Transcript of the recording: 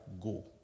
go